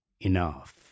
enough